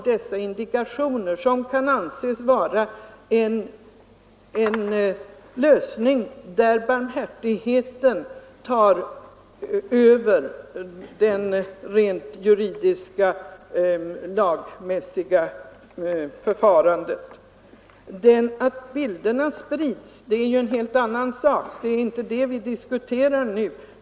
Dessa regler kan anses vara en lösning som innebär att barmhärtigheten tar över och motiverar handlandet. Att bilderna sprids är en helt annan sak — det är inte det vi diskuterar nu.